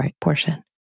portion